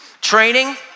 Training